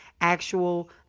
actual